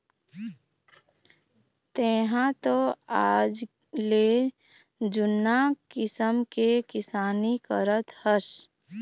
तेंहा तो आजले जुन्ना किसम के किसानी करत हस